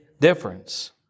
difference